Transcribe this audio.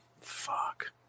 fuck